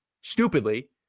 stupidly